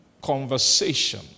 conversation